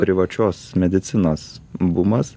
privačios medicinos bumas